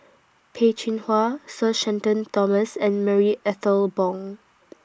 Peh Chin Hua Sir Shenton Thomas and Marie Ethel Bong